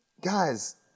guys